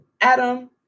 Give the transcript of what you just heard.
Adam